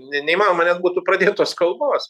ne neįmanoma net būtų pradėtos kalbos